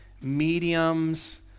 mediums